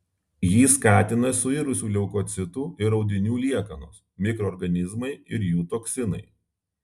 jį skatina suirusių leukocitų ir audinių liekanos mikroorganizmai ir jų toksinai